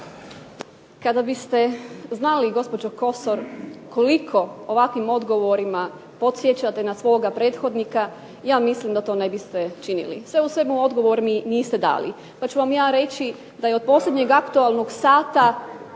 Kada biste znali gospođo Kosor koliko ovakvim odgovorima podsjećate na svoga prethodnika, ja mislim da to ne biste činili. Sve u svemu odgovor mi niste dali, pa ću vam ja reći da je od posljednjeg "aktualnog sata"